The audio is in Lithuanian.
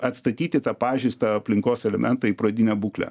atstatyti tą pažeistą aplinkos elementą į pradinę būklę